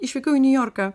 išvykau į niujorką